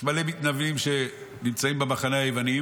יש מלא מתייוונים שנמצאים במחנה היווני,